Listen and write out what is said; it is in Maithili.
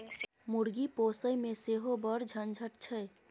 मुर्गी पोसयमे सेहो बड़ झंझट छै